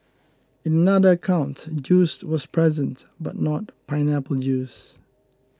in another account juice was present but not pineapple juice